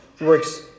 works